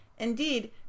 Indeed